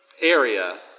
area